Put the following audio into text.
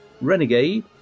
Renegade